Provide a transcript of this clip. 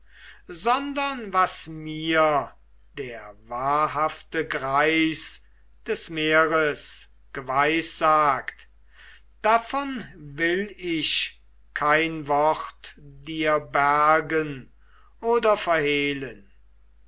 sondern was mir der wahrhafte greis des meeres geweissagt davon will ich kein wort dir bergen oder verhehlen